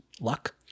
luck